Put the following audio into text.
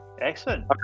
Excellent